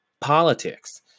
politics